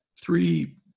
three